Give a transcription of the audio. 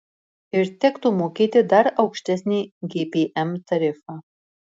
ir tektų mokėti dar aukštesnį gpm tarifą